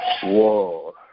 Whoa